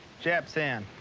jep's in.